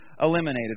eliminated